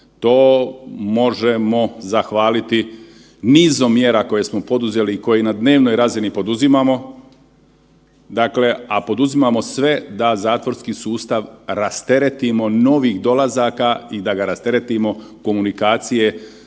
to možemo zahvaliti nizom mjera koje smo poduzeli i koji na dnevnoj razini poduzimamo, a poduzimamo sve da zatvorski sustav rasteretimo novih dolazaka i da ga rasteretimo komunikacije